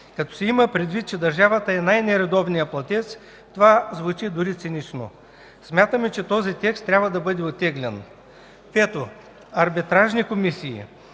Като се има предвид, че държавата е най-нередовният платец, това звучи дори цинично. Смятаме, че този текст трябва да бъде оттеглен. Пето – арбитражни комисии.